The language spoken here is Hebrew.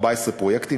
14 פרויקטים,